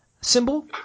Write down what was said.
symbol